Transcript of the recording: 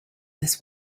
this